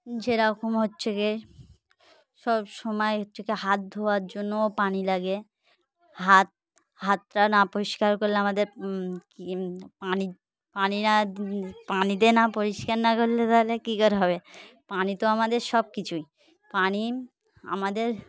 যেরকম হচ্ছে গিয়ে সব সময় হচ্ছে কি হাত ধোয়ার জন্যও পানি লাগে হাত হাতটা না পরিষ্কার করলে আমাদের পানি পানি না পানিতে না পরিষ্কার না করলে তাহলে কী করে হবে পানি তো আমাদের সব কিছুই পানি আমাদের